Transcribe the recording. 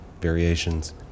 Variations